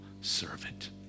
servant